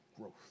growth